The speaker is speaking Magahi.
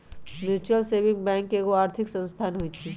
म्यूच्यूअल सेविंग बैंक एगो आर्थिक संस्थान होइ छइ